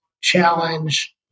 challenge